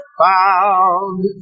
found